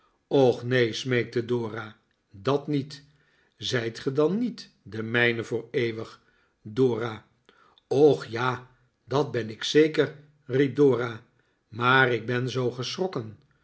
och neen smeekte dora dat niet zijt ge dan niet de mijne voor eeuwig dora och ja dat ben ik zeker riep dora maar ik ben zoo geschrokken